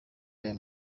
aya